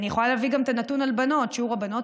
אני יכולה להביא גם את הנתון על בנות: שיעור הבנות